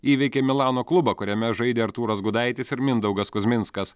įveikė milano klubą kuriame žaidė artūras gudaitis ir mindaugas kuzminskas